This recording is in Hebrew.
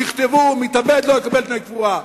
תכתבו: מתאבד לא יקבל דמי קבורה.